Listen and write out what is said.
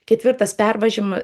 ketvirtas pervažiama